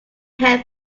head